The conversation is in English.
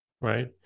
right